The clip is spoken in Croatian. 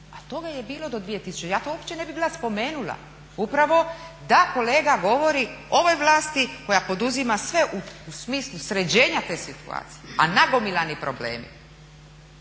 A toga je bilo do 2000. Ja to uopće ne bi bila spomenula upravo, da kolega govori ovoj vlasti koja poduzima sve u smislu sređenja te situacije a nagomilani problemi